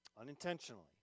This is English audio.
unintentionally